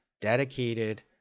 dedicated